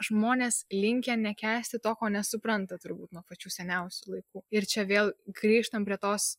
žmonės linkę nekęsti to ko nesupranta turbūt nuo pačių seniausių laikų ir čia vėl grįžtam prie tos